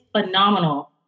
phenomenal